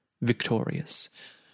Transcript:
Victorious